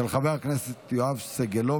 של חבר הכנסת יואב סגלוביץ'.